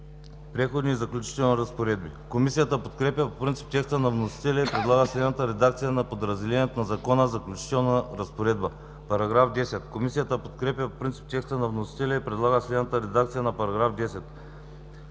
„Преходни и заключителни разпоредби“. Комисията подкрепя по принцип текста на вносителя и предлага следната редакция за подразделението на закона: „Заключителна разпоредба“. Комисията подкрепя по принцип текста на вносителя и предлага следната редакция на § 10: „§ 10.